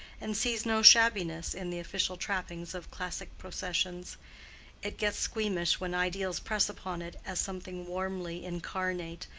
and sees no shabbiness in the official trappings of classic processions it gets squeamish when ideals press upon it as something warmly incarnate,